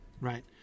right